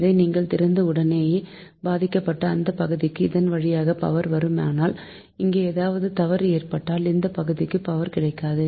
இதை நீங்கள் திறந்த உடனேயே பாதிக்கப்பட்ட இந்த பகுதிக்கு இதன் வழியாக பவர் வரும் ஆனால் இங்கே ஏதாவது தவறு ஏற்பட்டால் இந்த பகுதிக்கு பவர் கிடைக்காது